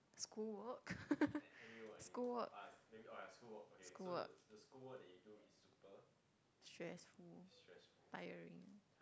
school work school work school work stressful tiring